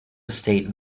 estate